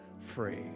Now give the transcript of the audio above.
free